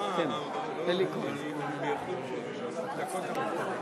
אדוני יושב-ראש האופוזיציה, בבקשה.